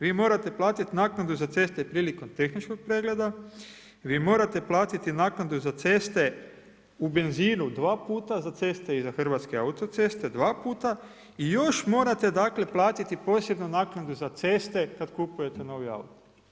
Vi morate platiti naknadu za ceste prilikom tehničkog pregleda, vi morate platiti naknadu za ceste u benzinu dva puta za ceste i za Hrvatske autoceste dvaputa i još morate platiti posebno naknadu za ceste kad kupujete novi auto.